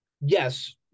Yes